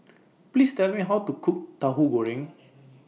Please Tell Me How to Cook Tauhu Goreng